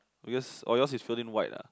because oh yours is filled in white ah